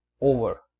over